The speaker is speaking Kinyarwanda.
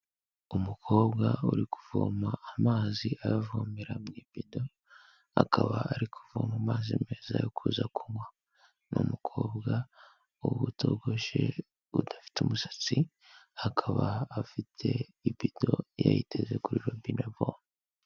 Umukobwa uri kuvoma amazi ayavomera mu ibido, akaba ari kuvoma mazi meza yo kuza kunywa, ni umukobwa utogoshe, udafite umusatsi, akaba afite ibido yayiteze kuri robine avoma.